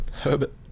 Herbert